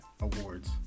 awards